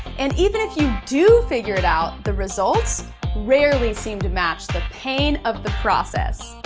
and even if you do figure it out, the results rarely seem to match the pain of the process.